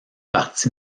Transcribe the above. parti